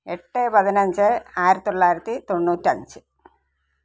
എട്ട് പതിനഞ്ച് ആയിരത്തിത്തൊള്ളായിരത്തി തൊണ്ണൂറ്റഞ്ച്